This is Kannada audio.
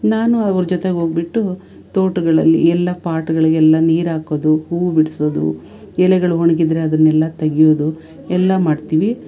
ನಾನೂ ಅವರ ಜೊತೆಗೆ ಹೋಗ್ಬಿಟ್ಟು ತೋಟಗಳಲ್ಲಿ ಎಲ್ಲ ಪಾಟ್ಗಳಿಗೆಲ್ಲ ನೀರು ಹಾಕೋದು ಹೂ ಬಿಡ್ಸೋದು ಎಲೆಗಳು ಒಣ್ಗಿದ್ರೆ ಅದನ್ನೆಲ್ಲ ತೆಗಿಯೋದು ಎಲ್ಲ ಮಾಡ್ತೀವಿ